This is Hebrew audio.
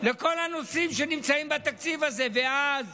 לכל הנושאים שנמצאים בתקציב הזה, ואז